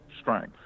strength